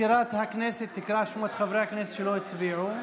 מזכירת הכנסת תקרא את שמות חברי הכנסת שלא הצביעו.